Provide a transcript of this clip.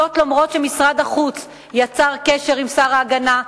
זאת למרות העובדה שמשרד החוץ יצר קשר עם שר ההגנה,